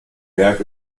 werk